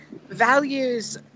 values